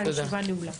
הישיבה נעולה.